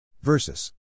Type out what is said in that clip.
versus